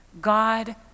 God